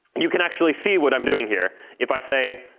you can actually see what i'm doing here. if i say,